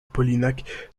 polignac